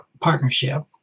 partnership